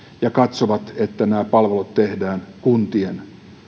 ja katsovat että nämä palvelut tehdään kuntien